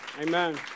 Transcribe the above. Amen